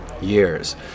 years